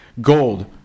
gold